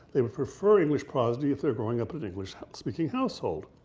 they would prefer english prosody if they're growing up in english speaking household.